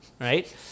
Right